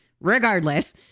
regardless